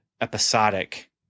episodic